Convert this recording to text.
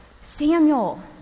Samuel